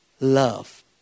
love